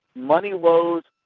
money woes,